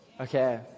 Okay